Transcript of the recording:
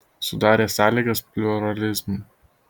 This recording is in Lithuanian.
sudarė sąlygas pliuralizmui